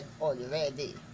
already